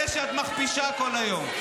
אלה שאת מכפישה כל היום.